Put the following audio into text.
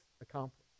accomplished